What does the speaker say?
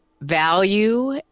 value